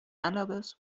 analogous